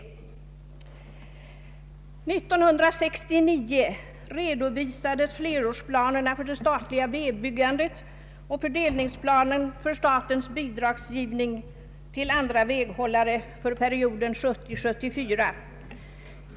År 1969 reviderades flerårsplanerna för det statliga vägbyggandet och fördelningsplanen för statens bidragsgivning till väghållare för perioden 1970— 1974.